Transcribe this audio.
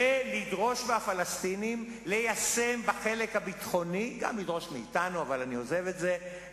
זה היה יתרון של כל ממשלות ישראל.